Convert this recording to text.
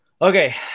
Okay